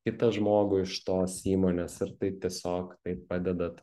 kitą žmogų iš tos įmonės ir tai tiesiog taip padedat